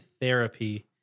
therapy